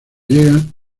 llegan